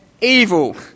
evil